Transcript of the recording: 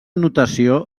notació